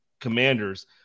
commanders